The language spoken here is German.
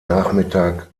nachmittag